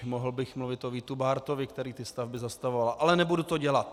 Mohl bych mluvit o Vítu Bártovi, který ty stavby zastavoval, ale nebudu to dělat.